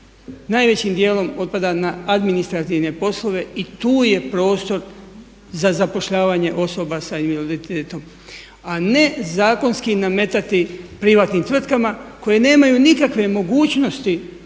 najvećim dijelom otpada na administrativne poslove i tu je prostor za zapošljavanje osoba sa invaliditetom, a ne zakonski nametati privatnim tvrtkama koje nemaju nikakve mogućnosti